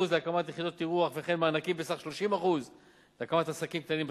להקמת יחידות אירוח וכן מענקים בסך 30% להקמת עסקים קטנים בתיירות.